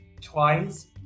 twice